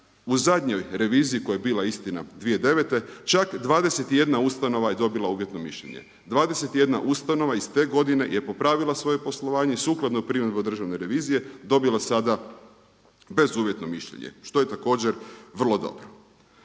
u zadnjoj reviziji koja je bila istina 2009. čak 21 ustanova je dobila uvjetno mišljenje, 21 ustanova iz te godine je popravila svoje poslovanje i sukladno primjedbama Državne revizije dobila sada bezuvjetno mišljenje što je također vrlo dobro.